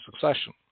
succession